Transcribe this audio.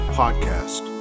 podcast